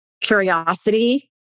curiosity